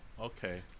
okay